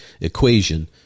equation